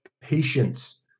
patience